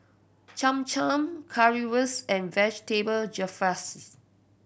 Cham Cham Currywurst and Vegetable Jalfrezi